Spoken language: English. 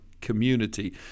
community